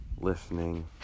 listening